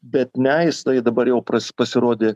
bet ne jisai dabar jau pras pasirodė